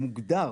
מוגדר,